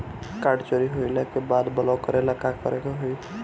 Card चोरी होइला के बाद ब्लॉक करेला का करे के होई?